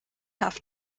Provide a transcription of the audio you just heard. have